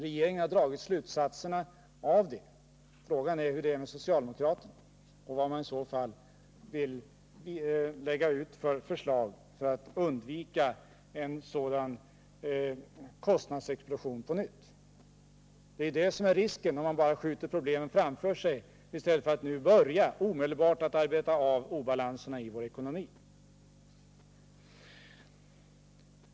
Regeringen har dragit slutsatserna av det. Frågan är hur det är med socialdemokraterna och vad de i så fall vill lägga fram för förslag för att undvika en sådan kostnadsexplosion på nytt. Det är det som vi riskerar om vi bara skjuter problemen framför oss i stället för att nu omedelbart börja arbeta av obalanserna i vår ekonomi.